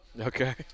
Okay